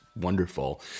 wonderful